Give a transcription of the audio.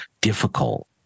difficult